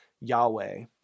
Yahweh